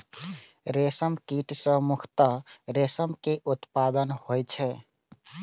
रेशम कीट सं मुख्यतः रेशम के उत्पादन होइ छै